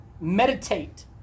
meditate